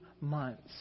months